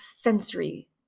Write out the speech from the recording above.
sensory